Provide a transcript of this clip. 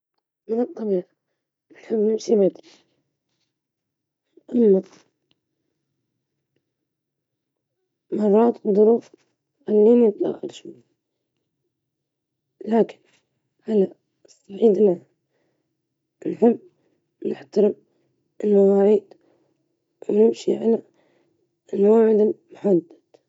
عادةً أصل مبكرًا، أحب أن أكون على الموعد ولا أحب التأخير.